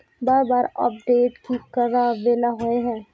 बार बार अपडेट की कराबेला होय है?